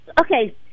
okay